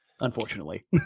unfortunately